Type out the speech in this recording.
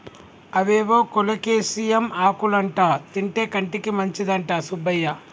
అవేవో కోలేకేసియం ఆకులంటా తింటే కంటికి మంచిదంట సుబ్బయ్య